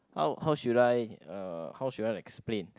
how how should I uh how should I explain